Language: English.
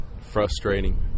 frustrating